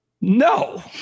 No